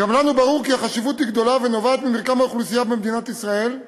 גם לנו ברור כי החשיבות גדולה ונובעת ממרקם האוכלוסייה במדינת ישראל,